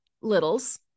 littles